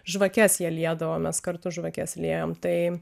žvakes jie liedavo mės kartu žvakes liejom tai